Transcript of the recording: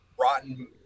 rotten